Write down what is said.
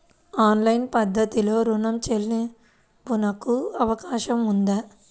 Online పద్ధతిలో రుణ చెల్లింపునకు అవకాశం ఉందా?